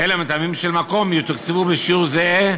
אלא מטעמים של מקום, יתוקצבו בשיעור זהה